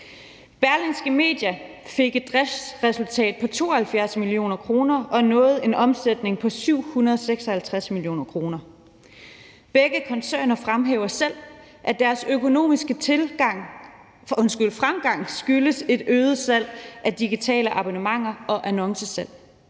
Berlingske Media fik et driftsresultat på 72 mio. kr. og nåede en omsætning på 756 mio. kr. Begge koncerner fremhæver selv, at deres økonomiske fremgang skyldes et øget salg af digitale abonnementer og annoncesalg.